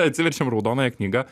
atsiverčiam raudonąją knygą